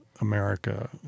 America